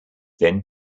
then